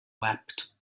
wept